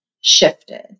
shifted